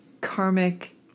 karmic